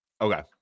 Okay